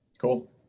Cool